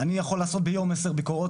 אני יכול לעשות ביום עשר ביקורות,